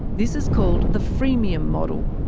this is called the freemium model,